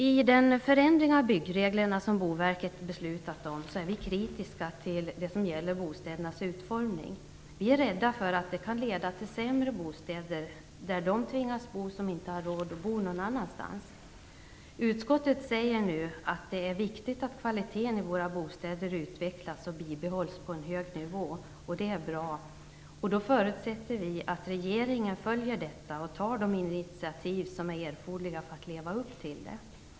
I den förändring av byggreglerna som Boverket beslutat om är vi kritiska till bl.a. det som gäller bostädernas utformning. Vi är rädda för att de kan leda till sämre bostäder där de tvingas bo som inte har råd att bo någon annanstans. Utskottet säger nu att det är viktigt att kvaliteten i våra bostäder utvecklas och bibehålls på en hög nivå. Det är bra. Vi förutsätter då att regeringen följer detta och tar de initiativ som är erforderliga för att leva upp till detta.